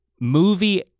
movie